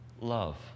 love